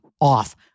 off